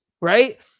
right